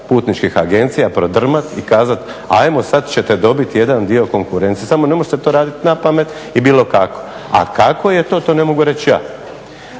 putničkih agencija prodrmati i kazati hajmo sad ćete dobiti jedan dio konkurencije. Samo ne možete to raditi na pamet i bilo kako. A kako je to to ne mogu reći ja.